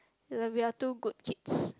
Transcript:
it's like we are too good kids